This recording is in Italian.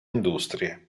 industrie